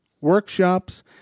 workshops